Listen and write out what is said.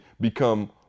become